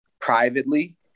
privately